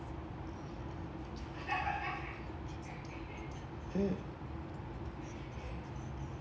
mm